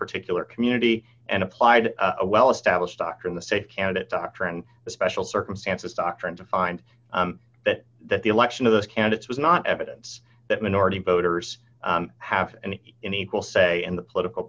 particular community and applied a well established doctrine the safe candidate doctrine the special circumstances doctrine to find that that the election of the candidates was not evidence that minority voters have an in equal say in the political